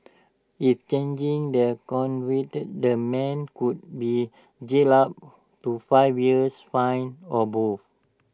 if changing the convicted the man could be jailed up to five years fined or both